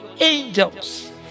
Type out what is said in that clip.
angels